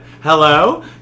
hello